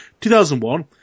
2001